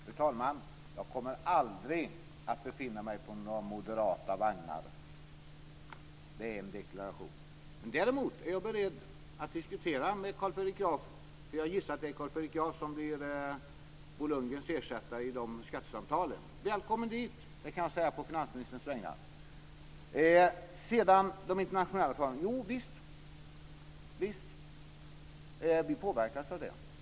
Fru talman! Jag kommer aldrig att befinna mig på några moderata vagnar! Det är en deklaration som jag kan göra. Däremot är jag beredd att diskutera med Carl Fredrik Graf. Jag gissar att det är han som blir Bo Lundgrens ersättare i skattesamtalen. Välkommen dit! kan jag säga på finansministerns vägnar. Jo, visst påverkas vi av de internationella förhållandena.